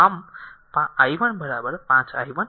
તો આમ i 1 5 i 1 i 3